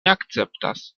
akceptas